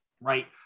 right